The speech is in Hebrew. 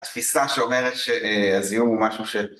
התפיסה שאומרת שהזיהום הוא משהו של